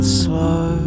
slow